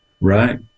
Right